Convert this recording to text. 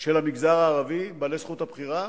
של המגזר הערבי בעלי זכות הבחירה,